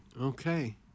Okay